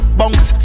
bunks